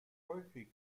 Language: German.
häufig